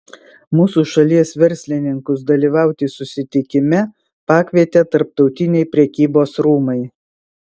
mūsų šalies verslininkus dalyvauti susitikime pakvietė tarptautiniai prekybos rūmai